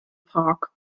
park